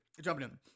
jumping